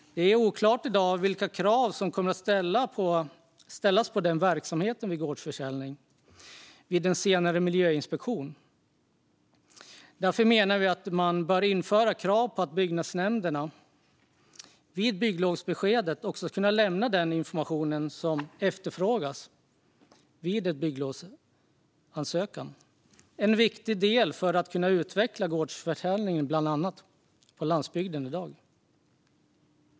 Det är i dag oklart vilka krav som kommer att ställas på verksamheten vid gårdsförsäljning vid en senare miljöinspektion. Därför menar vi att man bör införa krav på att byggnadsnämnderna vid bygglovsbeskedet kan lämna den information som efterfrågas vid en bygglovsansökan. Det är viktigt för att kunna utveckla gårdsförsäljning på landsbygden i dag.